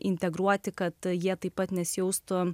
integruoti kad jie taip pat nesijaustų